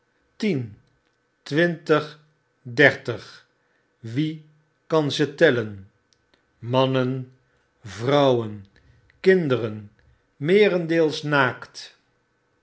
tien twintig dertig wie kan ze tellen mannen vrouwen kinderen meerendeels naakt